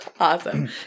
Awesome